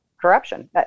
corruption